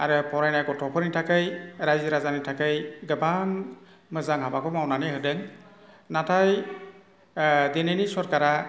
आरो फरायनाय गथ'फोरनि थाखाय रायजो राजानि थाखाय गोबां मोजां हाबाखौ मावनानै होदों नाथाय दिनैनि सोरखारा